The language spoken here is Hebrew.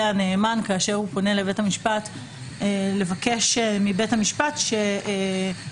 הנאמן כאשר הוא פונה לבית המשפט לבקש מבית המשפט שיחליט